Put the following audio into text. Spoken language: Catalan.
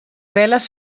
veles